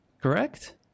correct